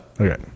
Okay